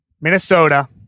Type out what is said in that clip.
Minnesota